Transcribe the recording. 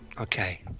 Okay